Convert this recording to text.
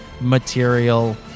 Material